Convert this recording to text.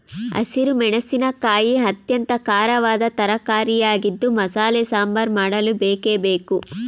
ಹಸಿರು ಮೆಣಸಿನಕಾಯಿ ಅತ್ಯಂತ ಖಾರವಾದ ತರಕಾರಿಯಾಗಿದ್ದು ಮಸಾಲೆ ಸಾಂಬಾರ್ ಮಾಡಲು ಬೇಕೇ ಬೇಕು